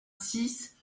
six